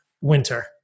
winter